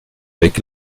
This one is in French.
avec